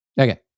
Okay